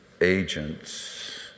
agents